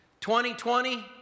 2020